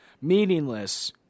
meaningless